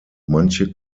manche